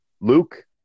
Luke